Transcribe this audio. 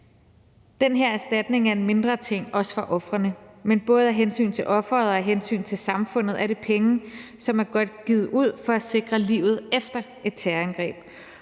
Den her erstatning er en mindre ting, også for ofrene, men både af hensyn til offeret og af hensyn til samfundet er det penge, som er godt givet ud for at sikre livet efter et terrorangreb.